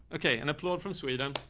okay. and applaud from sweden.